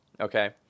Okay